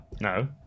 no